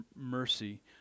mercy